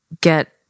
get